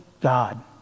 God